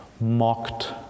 mocked